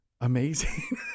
amazing